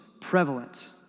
prevalent